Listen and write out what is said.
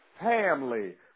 family